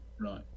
Right